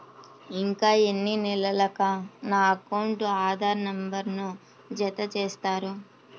ఇంకా ఎన్ని నెలలక నా అకౌంట్కు ఆధార్ నంబర్ను జత చేస్తారు?